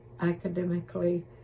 academically